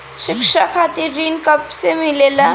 शिक्षा खातिर ऋण कब से मिलेला?